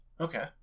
Okay